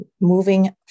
moving